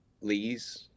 Lee's